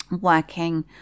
working